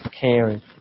caring